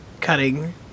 cutting